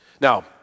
Now